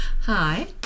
Hi